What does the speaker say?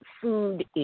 food